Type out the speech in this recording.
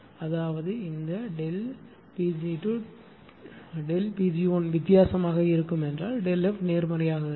அதாவது இந்த Pg2 Pg1 வித்தியாசமாக இருக்கும் என்றால் ΔF நேர்மாறாக இருக்கும்